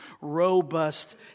robust